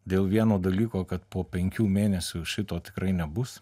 dėl vieno dalyko kad po penkių mėnesių šito tikrai nebus